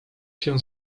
się